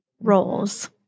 roles